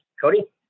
Cody